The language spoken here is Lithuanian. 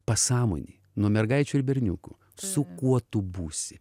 pasąmonėj nuo mergaičių ir berniukų su kuo tu būsi